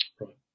Right